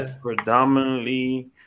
predominantly